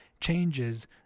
changes